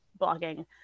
blogging